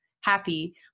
happy